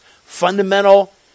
fundamental